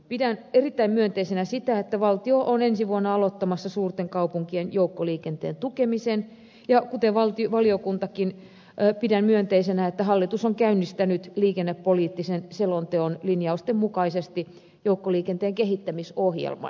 pidän erittäin myönteisenä sitä että valtio on ensi vuonna aloittamassa suurten kaupunkien joukkoliikenteen tukemisen ja kuten valiokuntakin pidän myönteisenä että hallitus on käynnistänyt liikennepoliittisen selonteon linjausten mukaisesti joukkoliikenteen kehittämisohjelman